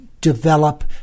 develop